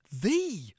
The